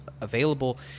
available